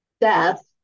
death